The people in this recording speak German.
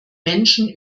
menschen